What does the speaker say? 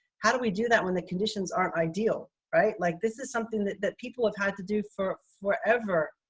how do we do that when the conditions aren't ideal, right? like this is something that that people have had to do for forever,